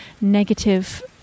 negative